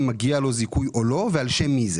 מגיע לו זיכוי או לא ועל שם מי זה.